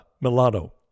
Milano